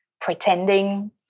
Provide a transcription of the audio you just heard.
pretending